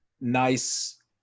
nice